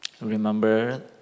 Remember